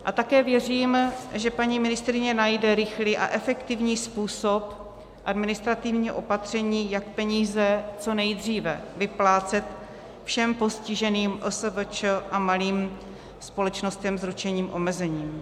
A také věřím, že paní ministryně najde rychlý a efektivní způsob administrativního opatření, jak peníze co nejdříve vyplácet všem postiženým OSVČ a malým společnostem s ručením omezeným.